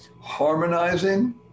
harmonizing